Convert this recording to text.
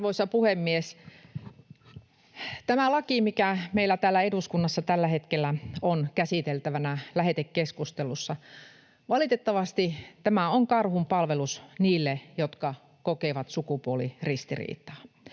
Arvoisa puhemies! Tämä laki, mikä meillä täällä eduskunnassa tällä hetkellä on käsiteltävänä lähetekeskustelussa, valitettavasti on karhunpalvelus niille, jotka kokevat sukupuoliristiriitaa.